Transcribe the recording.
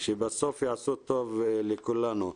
שבסוף יעשו טוב לכולנו.